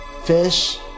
fish